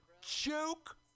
Joke